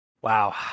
Wow